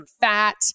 fat